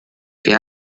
wir